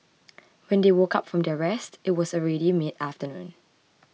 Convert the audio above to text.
when they woke up from their rest it was already mid afternoon